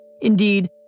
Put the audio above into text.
indeed